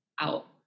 out